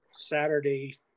Saturday